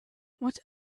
what